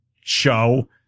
show